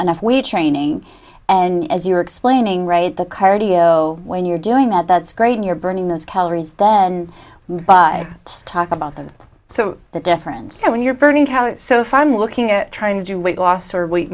enough weight training and as you were explaining right the cardio when you're doing that that's great you're burning those calories then by talk about them so the difference when you're burning calories so if i'm looking at trying to do weight loss or we